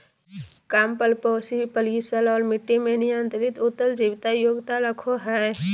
कम परपोषी परिसर और मट्टी में नियंत्रित उत्तर जीविता योग्यता रखो हइ